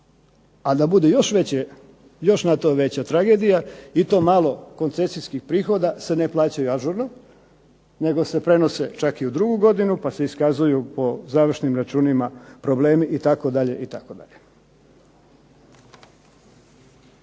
A da bude još na to veća tragedija i to malo koncesijskih prihoda se ne plaćaju ažurno nego se prenose čak i u drugu godinu pa se iskazuju po završnim računima problemi itd.